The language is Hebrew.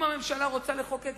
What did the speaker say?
אם הממשלה רוצה לחוקק,